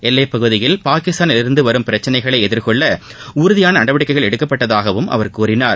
எல்லைப்பகுதியில் பாகிஸ்தானிலிருந்து வரும் பிரச்சினைகளை எதிர்கொள்ள உறுதியான நடவடிக்கைகள் எடுக்கப்பட்டதாகவும் அவர் கூறினார்